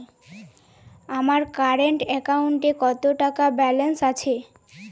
আমার কারেন্ট অ্যাকাউন্টে কত টাকা ব্যালেন্স আছে?